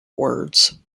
words